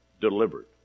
delivered